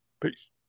Peace